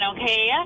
Okay